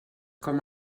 com